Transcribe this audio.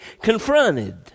confronted